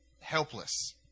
helpless